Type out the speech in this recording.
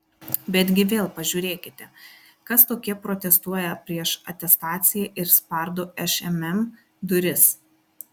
betgi vėl pažiūrėkite kas tokie protestuoja prieš atestaciją ir spardo šmm duris